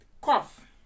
cough